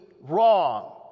wrong